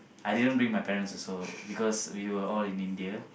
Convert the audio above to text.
I didn't bring my parents also because we were all in India